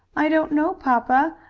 i don't know, papa.